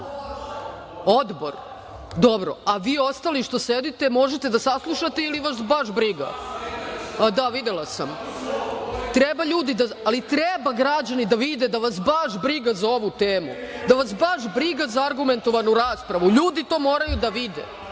odbor. A vi ostali što sedite, možete da saslušate ili vas baš briga. Treba građani da vide da vas baš briga za ovu temu, da vas baš briga za argumentovanu raspravu. Ljudi to moraju da vide.